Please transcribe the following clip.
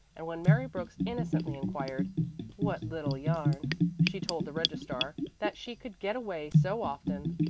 and when mary brooks innocently inquired what little yarn she told the registrar, that she could get away so often,